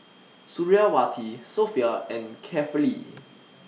Suriawati Sofea and Kefli